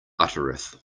uttereth